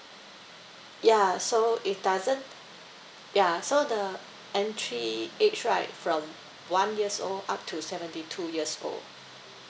ya so it doesn't ya so the entry age right from one years old up to seventy two years old